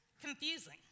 confusing